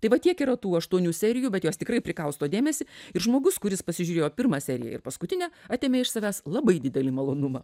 tai va tiek yra tų aštuonių serijų bet jos tikrai prikausto dėmesį ir žmogus kuris pasižiūrėjo pirmą seriją ir paskutinę atėmė iš savęs labai didelį malonumą